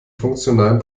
funktionalen